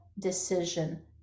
decision